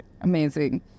Amazing